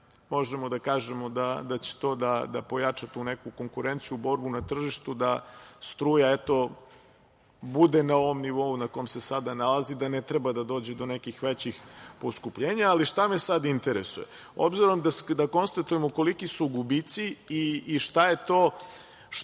možemo da kažemo da će to da pojača tu neku konkurenciju, borbu na tržištu da struja bude na ovom nivou na kom se sada nalazi, da ne treba da dođe do nekih većih poskupljenja. Šta me sada interesuju? Obzirom da konstatujemo koliki su gubici i šta je to